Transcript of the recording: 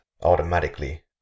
automatically